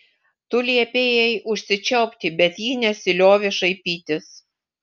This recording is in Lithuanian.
tu liepei jai užsičiaupti bet ji nesiliovė šaipytis